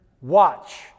Watch